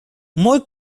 more